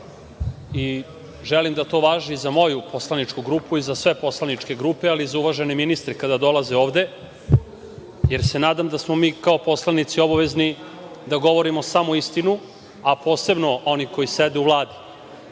i želim da to važi i za moju poslaničku grupu, za sve poslaničke grupe, ali i za uvažene ministre kada dolaze ovde, jer se nadam da smo mi poslanici obavezno da govorimo samo istinu, a posebno oni koji sede u